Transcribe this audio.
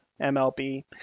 MLB